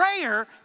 prayer